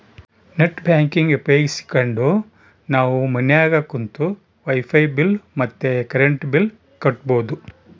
net banking ಉಪಯೋಗಿಸ್ಕೆಂಡು ನಾವು ಮನ್ಯಾಗ ಕುಂತು ವೈಫೈ ಬಿಲ್ ಮತ್ತೆ ಕರೆಂಟ್ ಬಿಲ್ ಕಟ್ಬೋದು